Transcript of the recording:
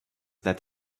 that